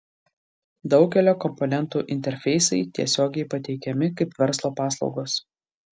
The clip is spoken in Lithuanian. daugelio komponentų interfeisai tiesiogiai pateikiami kaip verslo paslaugos